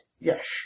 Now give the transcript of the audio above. Yes